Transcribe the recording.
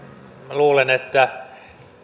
luulen että